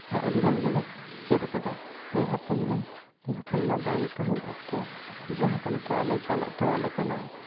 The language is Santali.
ᱟᱹᱰᱤ ᱜᱟᱱ ᱜᱮᱞᱮ ᱪᱮᱫ ᱠᱟᱫᱟ ᱥᱮ ᱦᱟᱯᱮᱱ ᱫᱤᱱ ᱱᱩᱭ ᱦᱚᱯᱚᱱᱵᱟ ᱛᱟᱦᱮᱱ ᱚᱠᱛᱚ ᱡᱟᱦᱟᱸ ᱠᱚ ᱱᱤᱛᱚᱜ ᱟᱞᱮ ᱪᱟᱞ ᱦᱚᱴᱚ ᱟᱞᱮ ᱠᱟᱱᱟ